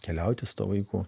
keliauti su tuo vaiku